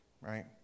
right